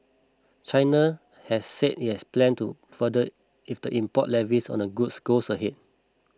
China has said it has a plan to further if the import levies on a goods goes ahead